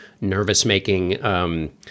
nervous-making